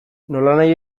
nolanahi